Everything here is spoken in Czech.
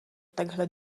takhle